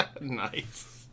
Nice